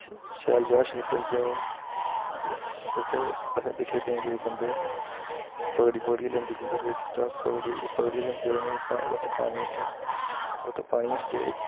शैल जगह् शक्ति आह्ली जगह् ओह् ते उत्थें दिक्खे केईं केईं बंदे पगड़ियै पगड़ियै लेंदे जिंदे पर किश सुट्टे दा होऐ पगड़ियै पगड़ियै लेंदे उ'नें गी उत्त पानी हेठ उत्त पानी बिच्च जेह्ड़े